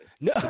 No